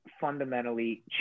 fundamentally